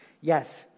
Yes